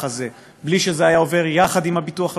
הזה בלי שזה היה עובר יחד עם הביטוח הלאומי.